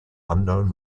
unknown